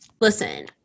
listen